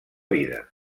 vida